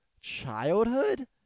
Childhood